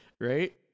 Right